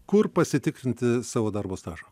kur pasitikrinti savo darbo stažą